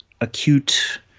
acute